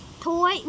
toy